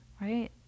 right